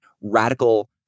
radical